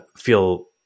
feel